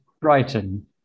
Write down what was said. Brighton